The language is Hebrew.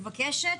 אני מבקשת,